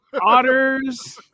otters